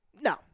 no